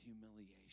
humiliation